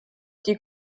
die